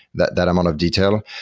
that that amount of detail.